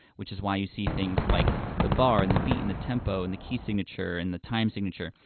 which is why you see things like the bar and the beat and the tempo and the key signature and the time signature.